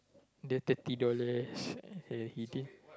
the thirty dollars